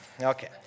Okay